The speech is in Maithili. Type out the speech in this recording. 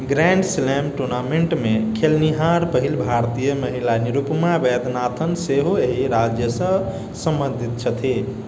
ग्रैंड स्लैम टूर्नामेन्टमे खेलनिहार पहिल भारतीय महिला निरुपमा वैद्यनाथन सेहो एहि राज्यसँ सम्बद्धित छथि